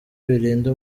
birinda